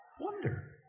wonder